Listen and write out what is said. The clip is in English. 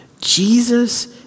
Jesus